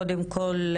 קודם כל,